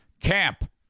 Camp